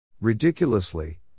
Ridiculously